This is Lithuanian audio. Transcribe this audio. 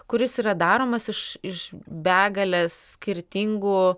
kuris yra daromas iš iš begalės skirtingų